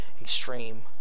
extreme